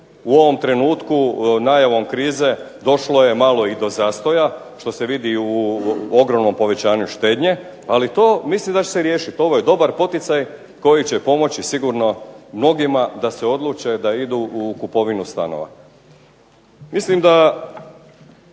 u ovom trenutku najavom krize došlo je malo i do zastoja što se vidi u ogromnom povećanju štednje ali to mislim da će se riješiti. Ovo je dobar poticaj koji će pomoći sigurno mnogima da se odluče da idu u kupovinu stanova.